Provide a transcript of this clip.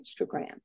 Instagram